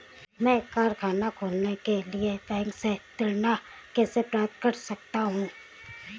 मैं कारखाना खोलने के लिए बैंक से ऋण कैसे प्राप्त कर सकता हूँ?